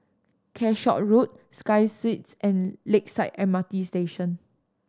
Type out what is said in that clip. Calshot Road Sky Suites and Lakeside M R T Station